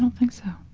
um think so.